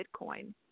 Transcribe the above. Bitcoin